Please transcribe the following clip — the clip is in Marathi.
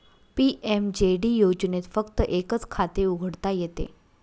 पी.एम.जे.डी योजनेत फक्त एकच खाते उघडता येते